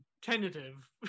tentative